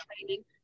training